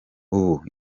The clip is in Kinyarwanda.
ubu